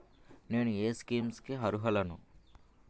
నేను ఏ స్కీమ్స్ కి అరుహులను?